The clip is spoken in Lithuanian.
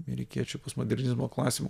amerikiečių postmodernizmo klasiko